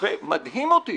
ומדהים אותי